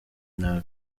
nabi